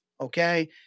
okay